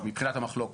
מבחינת המחלוקת.